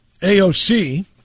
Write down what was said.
AOC